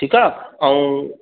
ठीक आ अऊं